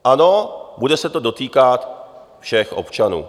Ano, bude se to dotýkat všech občanů.